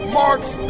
marks